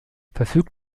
verfügt